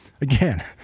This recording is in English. Again